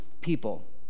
people